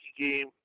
game